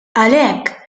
għalhekk